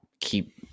keep